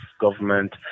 government